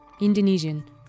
Indonesian